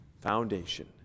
foundation